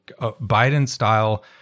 Biden-style